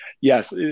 yes